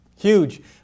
Huge